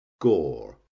gore